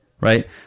right